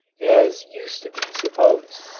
as used to be supposed.